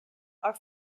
are